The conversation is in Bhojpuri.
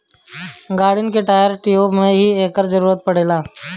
गाड़िन के टायर, ट्यूब में भी एकर जरूरत पड़ेला